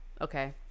Okay